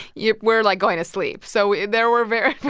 you're we're, like, going to sleep. so there were very